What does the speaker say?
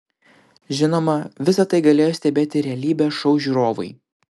žinoma visa tai galėjo stebėti realybės šou žiūrovai